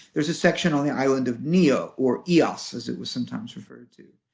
there's a section on the island of nio, or ios as it was sometimes referred to.